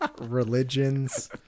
religions